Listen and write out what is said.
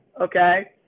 Okay